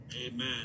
amen